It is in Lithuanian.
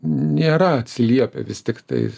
nėra atsiliepia vis tiktais